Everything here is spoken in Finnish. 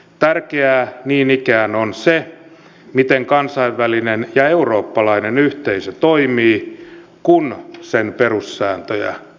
tärkeää niin ikään on se miten kansainvälinen ja eurooppalainen yhteisö toimii kun sen perussääntöjä rikotaan